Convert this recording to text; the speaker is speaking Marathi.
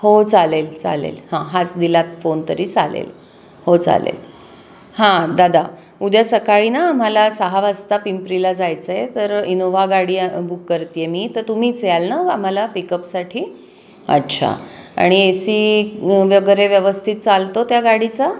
हो चालेल चालेल हां हाच दिलात फोन तरी चालेल हो चालेल हां दादा उद्या सकाळी ना आम्हाला सहा वाजता पिंपरीला जायचं आहे तर इनोवा आम्हाला पिकअपसाठी अच्छा आणि ए सी वगैरे व्यवस्थित चालतो त्या गाडीचा